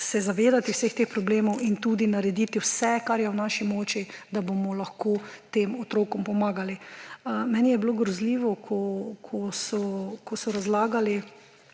zavedati vseh teh problemov in tudi narediti vse, kar je v naši moči, da bomo lahko tem otrokom pomagali. Meni je bilo grozljivo, ko so razlagali